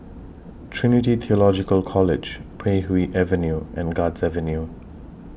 Trinity Theological College Puay Hee Avenue and Guards Avenue